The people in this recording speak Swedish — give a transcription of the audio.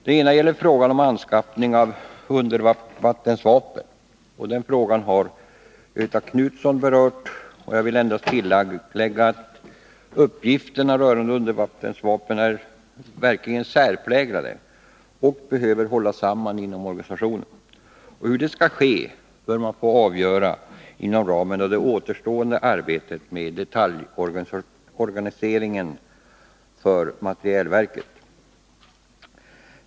Den ena frågan gäller anskaffning av undervattensvapen. Göthe Knutson har berört detta, och jag vill endast tillägga att uppgifterna rörande undervattensvapen verkligen är särpräglade och behöver hållas samman inom organisationen. Hur det skall ske, bör man få avgöra inom ramen för det återstående arbetet med detaljorganisationen för materielverket.